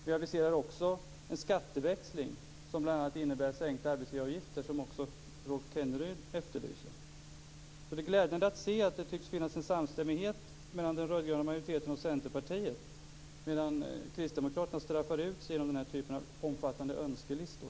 Vi aviserar också en skatteväxling som bl.a. innebär sänkta arbetsgivaravgifter, något som Det är glädjande att se att det tycks finnas en samstämmighet mellan den rödgröna majoriteten och Centerpartiet medan Kristdemokraterna straffar ut sig genom den här typen av omfattande önskelistor.